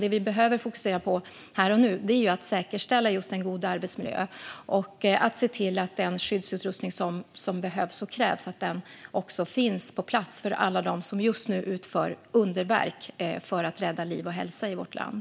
Det vi behöver fokusera på här och nu är att säkerställa en god arbetsmiljö och se till att den skyddsutrustning som behövs och krävs finns på plats för alla dem som just nu utför underverk för att rädda liv och hälsa i vårt land.